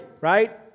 right